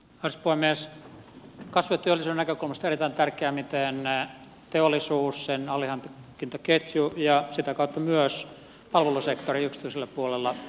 kasvun ja teollisuuden näkökulmasta on erittäin tärkeää miten teollisuus sen alihankintaketju ja sitä kautta myös palvelusektori yksityisellä puolella pärjäävät